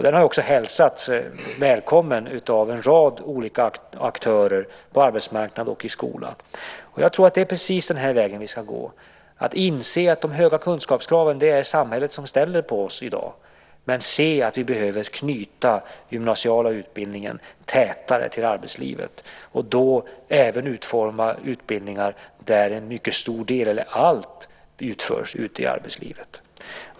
Den har också hälsats välkommen av en rad olika aktörer på arbetsmarknaden och i skolan. Jag tror att det är precis den här vägen vi ska gå. Vi ska inse att samhället ställer de höga kunskapskraven på oss i dag, men också se att vi behöver knyta den gymnasiala utbildningen tätare till arbetslivet och då även utforma utbildningar där en mycket stor del eller allt utförs ute i arbetslivet.